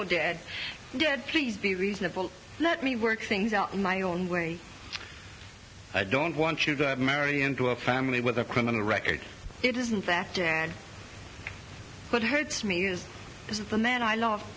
oh dad dad please be reasonable let me work things out in my own way i don't want you to marry into a family with a criminal record it isn't that dad but it hurts me is that the man i lo